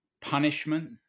punishment